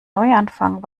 neuanfang